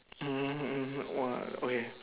mmhmm mmhmm !wah! okay